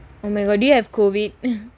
because of COVID